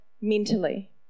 mentally